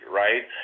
right